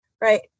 Right